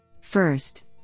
First